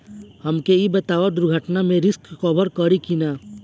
हमके ई बताईं दुर्घटना में रिस्क कभर करी कि ना?